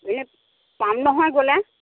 এনেই পাম নহয় গ'লে